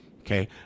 Okay